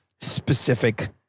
specific